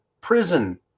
prison